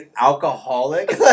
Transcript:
alcoholic